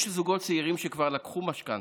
יש זוגות צעירים שכבר לקחו משכנתה,